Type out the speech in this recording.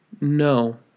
No